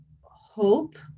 hope